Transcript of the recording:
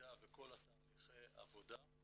המידע וכל תהליכי העבודה.